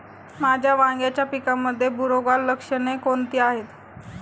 माझ्या वांग्याच्या पिकामध्ये बुरोगाल लक्षणे कोणती आहेत?